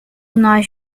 nós